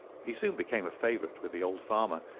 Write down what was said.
he soon became a favourite with the old farmer,